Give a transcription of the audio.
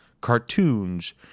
cartoons